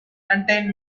contains